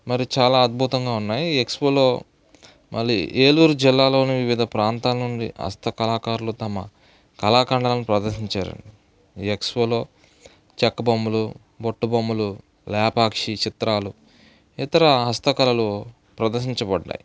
మరి చాలా అద్భుతంగా ఉన్నాయి ఈ ఎక్స్పోలో మళ్ళీ ఏలూరు జిల్లాలోని వివిధ ప్రాంతాల నుండి హస్తకళాకారులు తమ కళాఖండాలను ప్రదర్శించారు ఈ ఎక్స్పోలో చెక్క బొమ్మలు బుట్ట బొమ్మలు లేపాక్షి చిత్రాలు ఇతర హస్తకళలు ప్రదర్శించబడ్డాయి